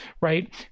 right